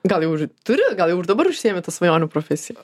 gal jau ir turi gal jau ir dabar užsiėmi ta svajonių profesija